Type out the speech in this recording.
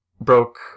broke